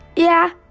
yeah,